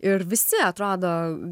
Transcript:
ir visi atrodo